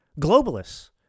globalists